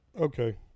okay